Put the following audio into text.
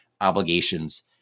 obligations